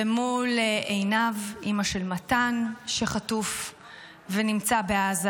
ומול עינב, אימא של מתן שחטוף ונמצא בעזה,